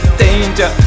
danger